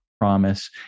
promise